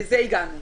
לזה הגענו,